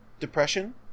depression